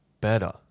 better